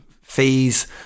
fees